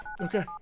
Okay